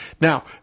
Now